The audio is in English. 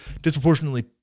Disproportionately